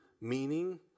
meaning